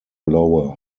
lower